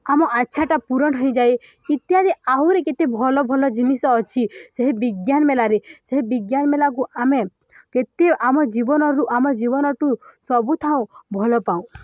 ଆମ ଇଚ୍ଛାଟା ପୂରଣ ହୋଇଯାଏ ଇତ୍ୟାଦି ଆହୁରି କେତେ ଭଲ ଭଲ ଜିନିଷ ଅଛି ସେହି ବିଜ୍ଞାନ ମେଲାରେ ସେହି ବିଜ୍ଞାନ ମେଲାକୁ ଆମେ କେତେ ଆମ ଜୀବନରୁ ଆମ ଜୀବନଠୁ ସବୁଥାଉ ଭଲ ପାଉ